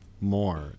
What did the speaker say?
more